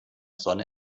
sonne